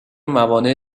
موانع